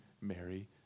Mary